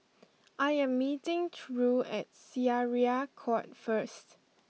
I am meeting Ture at Syariah Court first